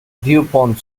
dupont